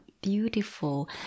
beautiful